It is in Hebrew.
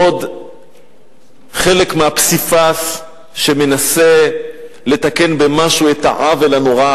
עוד חלק מהפסיפס שמנסה לתקן במשהו את העוול הנורא,